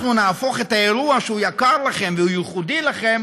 אנחנו נהפוך את האירוע שהוא יקר לכם וייחודי לכם